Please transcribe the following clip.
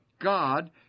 God